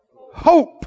hope